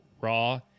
raw